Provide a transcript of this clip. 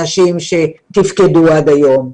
אנשים שתפקדו עד היום,